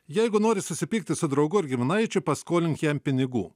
jeigu nori susipykti su draugu ar giminaičiu paskolink jam pinigų